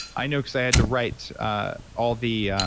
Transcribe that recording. i know because i had to write ah all the,